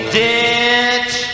ditch